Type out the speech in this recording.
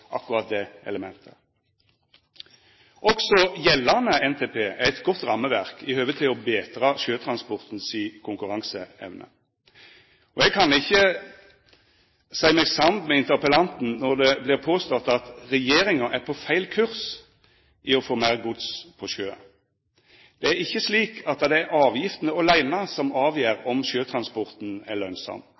akkurat det elementet. Også gjeldande NTP er eit godt rammeverk i høve til å betra sjøtransporten si konkurranseevne, og eg kan ikkje seia meg samd med interpellanten når det vert påstått: «Regjeringen er på feil kurs i å få mer gods på sjø.» Det er ikkje slik at det er avgiftene åleine som avgjer om sjøtransporten er lønsam.